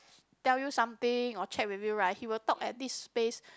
tell you something or chat with you right he will talk at this pace